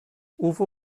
uwe